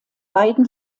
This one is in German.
beiden